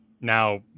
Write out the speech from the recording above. now